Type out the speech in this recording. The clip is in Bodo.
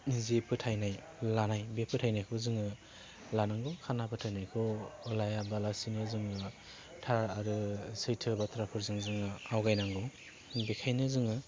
निजि फोथायनाय लानाय बे फोथायनायखौ जोङो लानांगौ खाना फोथायनायखौ लायाबालासिनो जोंनि मा थार आरो सैथो बाथ्राफोरजों जोङो आवगायनांगौ बेखायनो जोङो